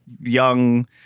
young